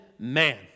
Man